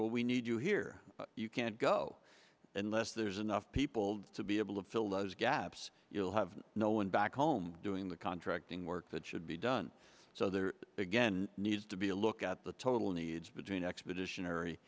well we need you here you can't go unless there's enough people to be able to fill those gaps you'll have no one back home doing the contracting work that should be done so there again needs to be a look at the total needs between expedition